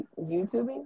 YouTubing